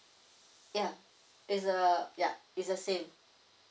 ya is uh ya is the same